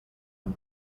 amb